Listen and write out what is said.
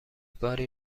باری